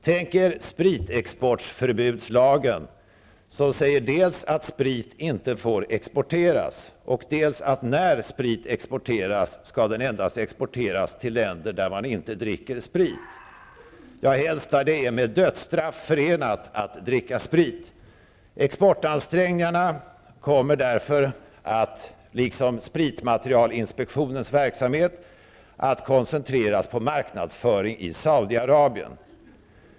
Tänk er spritexportförbudslagen, som säger dels att sprit inte får exporteras, dels att när sprit exporteras skall den endast exporteras till länder där man inte dricker sprit, ja helst till länder där det är med dödsstraff förenat att dricka sprit. Exportansträngningarna kommer därför, liksom spritmaterialinspektionens verksamhet, att koncentreras på marknadsföring i Saudiarabien.